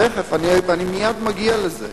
תיכף, אני מייד מגיע לזה.